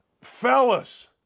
fellas